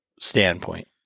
standpoint